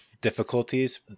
difficulties